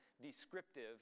descriptive